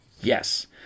yes